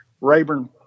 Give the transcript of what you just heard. Rayburn